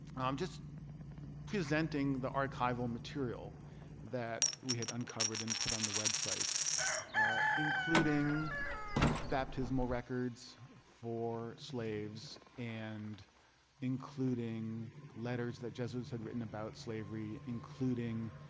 i'm just presenting the archival material that we had uncovered and put on the website including baptismal records for slaves and including letters that jesuits had written about slavery, including